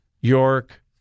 York